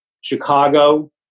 Chicago